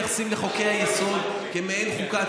יפה, ולכן מתייחסים לחוקי-היסוד כמעין חוקה.